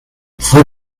fue